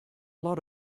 lot